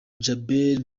djabel